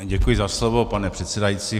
Děkuji za slovo, pane předsedající.